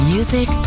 Music